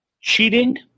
Cheating